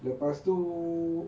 lepas tu